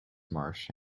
marsh